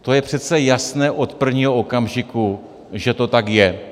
To je přece jasné od prvního okamžiku, že to tak je.